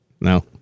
No